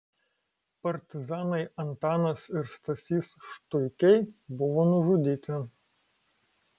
partizanai antanas ir stasys štuikiai buvo nužudyti